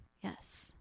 Yes